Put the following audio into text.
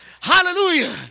Hallelujah